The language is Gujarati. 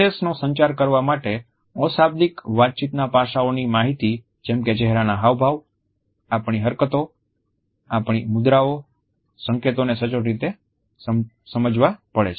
સંદેશનો સંચાર કરવા માટે અશાબ્દિક વાતચીતના પાસાંઓની માહિતી જેમ કે ચહેરાના હાવભાવ આપણી હરકતો આપણી મુદ્રાઓ સંકેતોને સચોટ રીતે સમજવા પડે છે